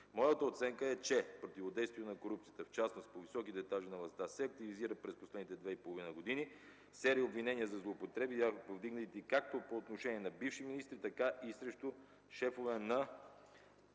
Моята оценка е, че противодействие на корупцията, в частност по високите етажи на властта, се активизира през последните две и половина години – серия обвинения за злоупотреби, повдигнати както по отношение на бивши министри, така и срещу шефове на